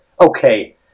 okay